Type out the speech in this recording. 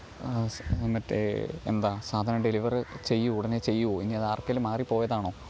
സ് മറ്റേ എന്താ സാധനം ഡെലിവറ് ചെയ്യുമോ ഉടനെ ചെയ്യുമോ ഇനി അത് ആർക്കേലും മാറിപ്പോയതാണോ